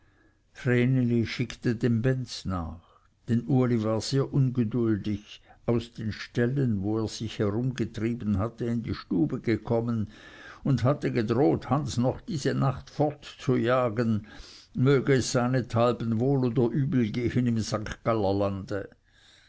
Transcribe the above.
schickte den benz nach denn uli war sehr ungeduldig aus den ställen wo er sich herumgetrieben hatte in die stube gekommen und hatte gedroht hans noch diese nacht fortzujagen möge es seinethalben wohl oder übel gehen im